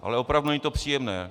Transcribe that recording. Ale opravdu, není to příjemné.